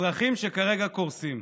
אזרחים, שכרגע קורסים,